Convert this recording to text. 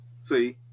see